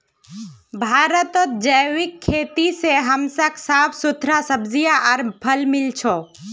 भारतत जैविक खेती से हमसाक साफ सुथरा सब्जियां आर फल मिल छ